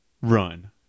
run